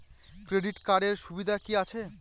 Credit কার্ডের সুবিধা কি আছে?